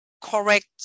correct